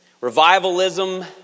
Revivalism